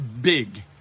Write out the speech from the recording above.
big